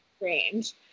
range